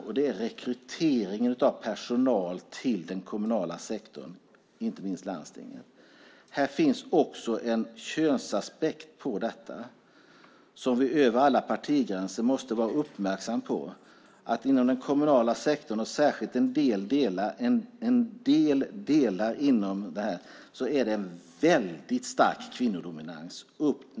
Det gäller rekryteringen av personal till den kommunala sektorn, inte minst landstingen. Det finns också en könsaspekt på detta som vi över alla partigränser måste vara uppmärksamma på. Inom den kommunala sektorn och särskilt i en del delar är det en väldigt stark kvinnodominans.